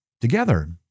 together